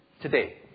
today